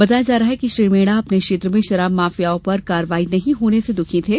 बताया जा रहा है कि श्री मेड़ा अपने क्षेत्र में शराब माफियों पर कार्यवाई नहीं होने से दुखी थे